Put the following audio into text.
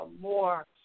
more